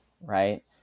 right